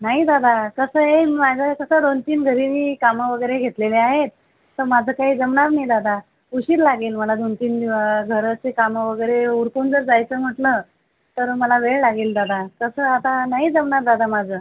नाही दादा कसं आहे माझं तसं दोन तीन घरी मी कामं वगैरे घेतलेले आहेत तर माझं काही जमणार नाही दादा उशीर लागेल मला दोन तीन घराची कामं वगैरे उरकून जर जायचं म्हटलं तर मला वेळ लागेल दादा तसं आता नाही जमणार दादा माझं